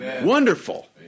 Wonderful